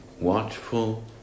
watchful